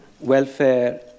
welfare